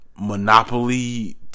monopoly